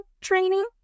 training